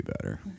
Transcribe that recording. better